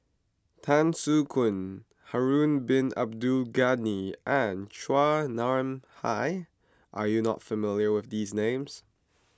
Tan Soo Khoon Harun Bin Abdul Ghani and Chua Nam Hai are you not familiar with these names